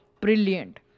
Brilliant